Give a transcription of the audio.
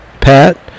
Pat